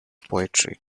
poetry